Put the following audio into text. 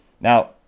Now